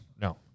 No